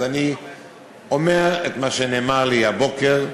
אז אני אומר את מה שנאמר לי הבוקר,